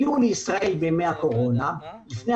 הגיעו לישראל לפני הקורונה,